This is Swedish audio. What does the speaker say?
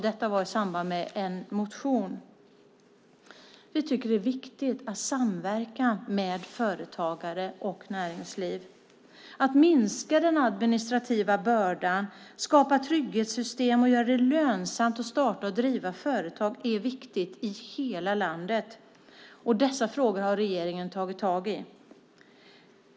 Detta var i samband med en motion. Vi tycker att det är viktigt att samverka med företagare och näringsliv. Att minska den administrativa bördan, skapa trygghetssystem och göra det lönsamt att starta och driva företag är viktigt i hela landet. Dessa frågor har regeringen tagit tag i.